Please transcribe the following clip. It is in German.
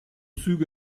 züge